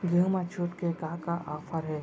गेहूँ मा छूट के का का ऑफ़र हे?